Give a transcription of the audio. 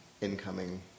incoming